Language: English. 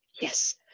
Yes